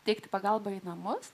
teikti pagalbą į namus